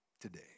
today